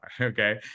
Okay